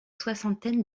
soixantaine